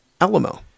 Alamo